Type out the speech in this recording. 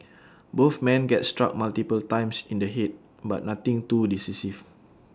both men get struck multiple times in the Head but nothing too decisive